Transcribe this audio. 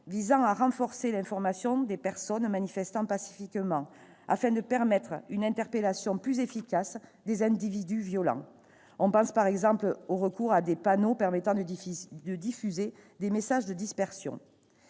visant à renforcer l'information des personnes manifestant pacifiquement, afin de permettre une interpellation plus efficace des individus violents. On pense, par exemple, au recours à des panneaux permettant de diffuser des messages de dispersion.